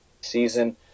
season